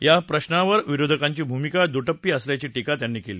या प्रश्नावर विरोधकांची भूमिका दुटप्पी असल्याची टीका त्यांनी केली